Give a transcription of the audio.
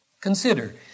Consider